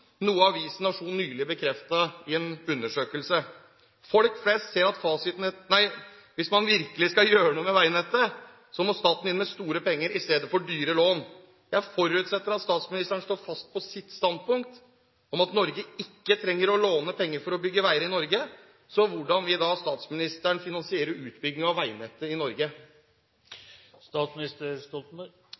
noe avisen Nationen nylig bekreftet i en undersøkelse. Hvis man virkelig skal gjøre noe med veinettet, må staten inn med store penger istedenfor dyre lån. Jeg forutsetter at statsministeren står fast på sitt standpunkt om at Norge ikke trenger å låne penger for å bygge veier i Norge, så hvordan vil da statsministeren finansiere utbygging av veinettet i Norge?